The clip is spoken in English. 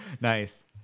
Nice